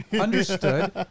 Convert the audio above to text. Understood